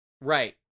Right